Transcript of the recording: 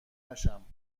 نشم